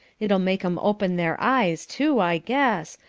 it'll make em open their eyes, too, i guess,